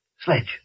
Sledge